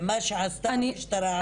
במה שעשתה המשטרה.